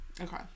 Okay